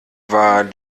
war